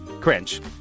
cringe